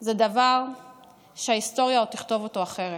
הוא דבר שההיסטוריה עוד תכתוב אותו אחרת.